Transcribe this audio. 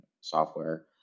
software